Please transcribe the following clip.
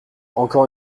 encore